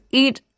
eat